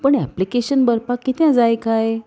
पूण एप्लिकेशन भरपाक कितें जाय काय